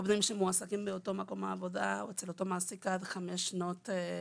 עובדים שמועסקים באותו מקום עבודה אצל אותו מעסיק עד חמש שנים,